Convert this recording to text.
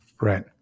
Right